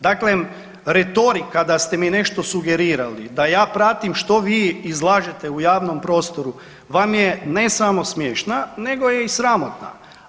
Dakle, retorika da ste mi nešto sugerirali, da ja pratim što vi izlažete u javnom prostoru, vam je, ne samo smiješna, nego je i sramotna.